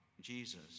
Jesus